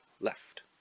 left